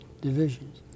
divisions